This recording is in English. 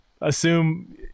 assume